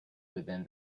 within